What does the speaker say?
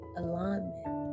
alignment